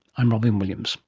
i'm robyn williams